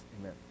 Amen